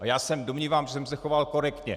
Já se domnívám, že jsem se choval korektně.